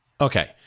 Okay